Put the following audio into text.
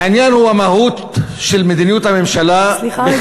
העניין הוא המהות של מדיניות הממשלה, סליחה רגע.